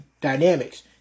dynamics